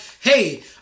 hey